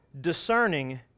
discerning